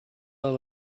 are